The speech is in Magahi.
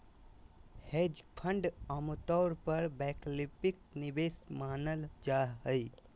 हेज फंड आमतौर पर वैकल्पिक निवेश मानल जा हय